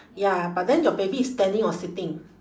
ya but then your baby is standing or sitting